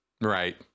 Right